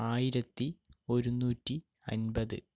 ആയിരത്തി ഒരുന്നൂറ്റി അൻപത്